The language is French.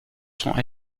sont